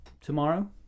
Tomorrow